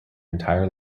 entire